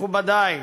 מכובדי,